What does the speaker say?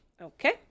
Okay